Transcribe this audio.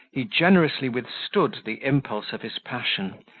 he generously withstood the impulse of his passion,